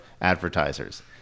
advertisers